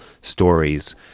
stories